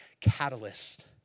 catalyst